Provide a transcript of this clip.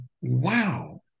wow